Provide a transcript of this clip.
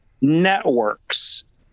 networks